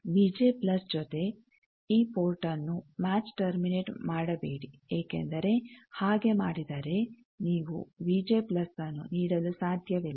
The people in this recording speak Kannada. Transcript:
ವಿ ಜೆ ಪ್ಲಸ್ ಜೊತೆ ಈ ಪೋರ್ಟ್ನ್ನು ಮ್ಯಾಚ್ ಟರ್ಮಿನೇಟ್ ಮಾಡಬೇಡಿ ಏಕೆಂದರೆ ಹಾಗೆ ಮಾಡಿದರೆ ನೀವು ವಿ ಜೆ ಪ್ಲಸ್ನ್ನು ನೀಡಲು ಸಾಧ್ಯವಿಲ್ಲ